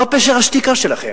מה פשר השתיקה שלכם?